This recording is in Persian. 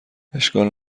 اشکال